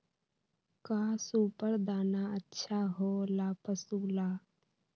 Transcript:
का सुपर दाना अच्छा हो ला पशु ला?